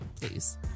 Please